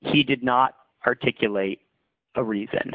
he did not articulate a reason